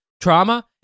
trauma